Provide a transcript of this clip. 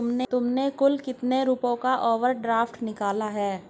तुमने कुल कितने रुपयों का ओवर ड्राफ्ट निकाला है?